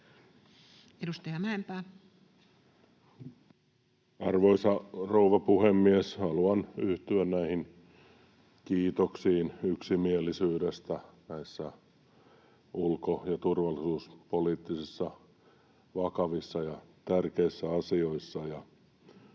Content: Arvoisa rouva puhemies! Haluan yhtyä näihin kiitoksiin yksimielisyydestä näissä ulko- ja turvallisuuspoliittisissa vakavissa ja tärkeissä asioissa.